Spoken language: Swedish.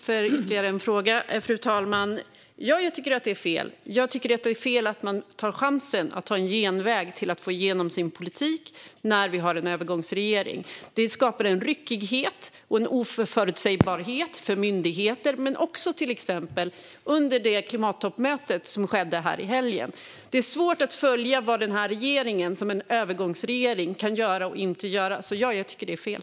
Fru talman! Jag tackar för ytterligare en fråga. Ja, jag tycker att det är fel att man tar chansen att ta en genväg till att få igenom sin politik när vi har en övergångsregering. Det skapar en ryckighet och en oförutsägbarhet för till exempel myndigheter. Det var även märkbart under det klimattoppmöte som ägde rum i helgen. Det är svårt att följa vad den här regeringen som övergångsregering kan göra och inte kan göra. Jag tycker alltså att det är fel.